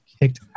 kicked